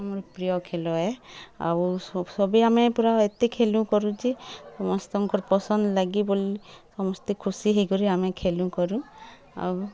ଆମର୍ ପ୍ରିୟ ଖେଲ ଏ ଆଉ ସଭିଏଁ ଆମେ ପୂରା ଏତେ ଖେଲ କରୁଁ ଯେ ସମସ୍ତଙ୍କର ପସନ୍ଦ ଲାଗି କରି ବୋଲି ସମସ୍ତେ ଖୁସି ହେଇକରି ଆମେ ଖେଲୁ କରୁଁ ଆଉ